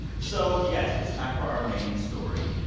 so you guys, it's time for our main story.